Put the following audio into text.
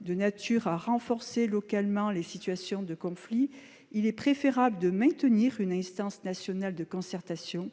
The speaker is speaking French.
de nature à renforcer localement les situations de conflit, il est préférable de maintenir une instance nationale de concertation,